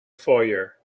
foyer